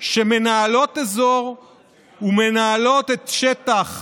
שמנהלות אזור ומנהלות את השטח